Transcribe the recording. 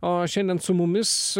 o šiandien su mumis